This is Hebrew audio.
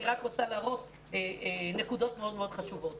אני רק רוצה להראות נקודות מאוד מאוד חשובות.